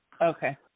Okay